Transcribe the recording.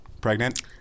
pregnant